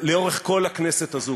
לאורך כל הכנסת הזאת,